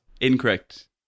Incorrect